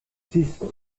six